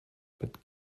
but